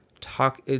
talk